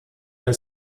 der